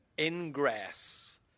ingress